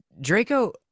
draco